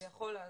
זה יכול לעזור.